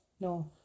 No